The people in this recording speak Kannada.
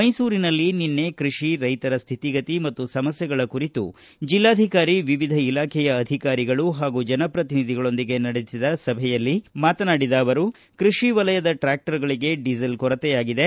ಮೈಸೂರಿನಲ್ಲಿ ನಿನ್ನೆ ಕೃಷಿ ರೈತರ ಸ್ಥಿತಿಗತಿ ಮತ್ತು ಸಮಸ್ಥೆಗಳ ಕುರಿತು ಜೆಲ್ಲಾಧಿಕಾರಿ ವಿವಿಧ ಇಲಾಖೆಯ ಅಧಿಕಾರಿಗಳು ಹಾಗೂ ಜನಪ್ರತಿನಿಧಿ ಗಳೊಂದಿಗೆ ನಡೆದ ಸಭೆಯಲ್ಲಿ ಮಾತನಾಡಿದ ಅವರು ಕೃಷಿ ವಲಯದ ಟ್ರಾಕ್ಷರುಗಳಿಗೆ ಡೀಸೆಲ್ ಕೊರತೆಯಾಗಿದೆ